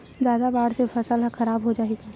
जादा बाढ़ से फसल ह खराब हो जाहि का?